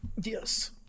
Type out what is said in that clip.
Yes